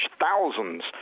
thousands